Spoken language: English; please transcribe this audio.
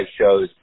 shows